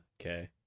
okay